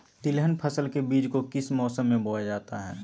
तिलहन फसल के बीज को किस मौसम में बोया जाता है?